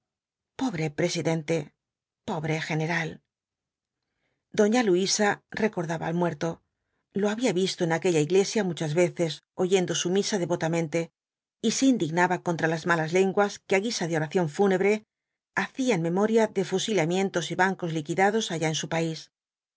pobre presidente pobre general doña luisa recordaba al muerto lo había visto en aquella iglesia muchas veces oyendo su misa devotamente y se indignaba contra las malas lenguas que á guisa de oración fúnebre hacían memoria de fusilamientos y bancos liquidados allá en su país